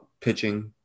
pitching